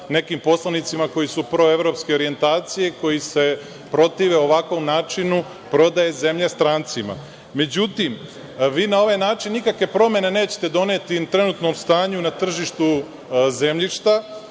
nekim poslanicima koji su proevropske orijentacije, koji se protive ovakvom načinu prodaje zemlje strancima. Međutim, vi na ovaj način nikakve promene nećete doneti trenutnom stanju na tržištu zemljišta,